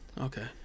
Okay